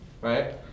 Right